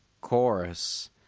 chorus